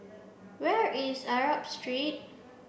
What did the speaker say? where is Arab Street